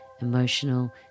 emotional